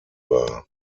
war